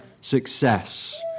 success